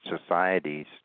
societies